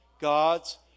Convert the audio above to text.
God's